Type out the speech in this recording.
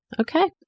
Okay